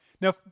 Now